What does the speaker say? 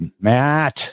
Matt